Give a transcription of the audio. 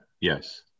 Yes